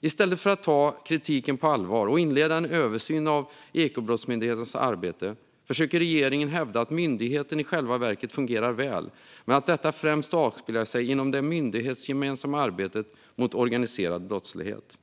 I stället för att ta kritiken på allvar och inleda en översyn av Ekobrottsmyndighetens arbete försöker regeringen hävda att myndigheten i själva verket fungerar väl men att detta främst avspeglas inom det myndighetsgemensamma arbetet mot organiserad brottslighet.